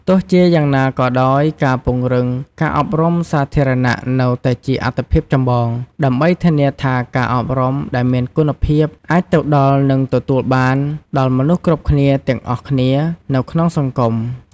ទោះជាយ៉ាងណាក៏ដោយ ការពង្រឹងការអប់រំសាធារណៈនៅតែជាអាទិភាពចម្បង ដើម្បីធានាថាការអប់រំដែលមានគុណភាពអាចទៅដល់ និងទទួលបានដល់មនស្សគ្រប់គ្នាទាំងអស់គ្នានៅក្នុងសង្គម។